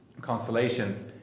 constellations